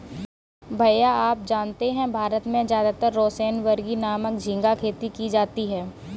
भैया आप जानते हैं भारत में ज्यादातर रोसेनबर्गी नामक झिंगा खेती की जाती है